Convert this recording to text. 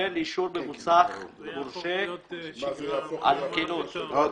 לקבל אישור ממוסך מורשה על תקינות.